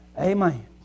Amen